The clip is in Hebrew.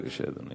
בבקשה, אדוני.